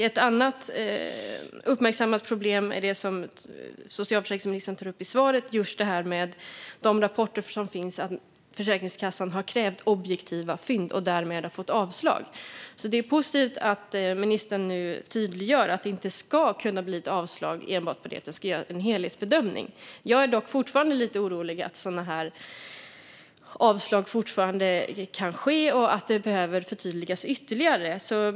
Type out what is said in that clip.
Ett annat uppmärksammat problem är det som socialförsäkringsministern tog upp i svaret när det gäller just de rapporter som finns om att Försäkringskassan har krävt objektiva fynd och att man därmed fått avslag. Det är positivt att ministern nu tydliggör att det inte ska kunna bli ett avslag enbart utifrån detta utan att det ska göras en helhetsbedömning. Jag är dock lite orolig för att sådana avslag fortfarande kan ges och att det behöver förtydligas ytterligare.